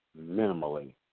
minimally